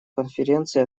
конференции